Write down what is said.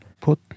put